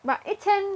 but 一千